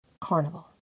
carnival